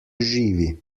živi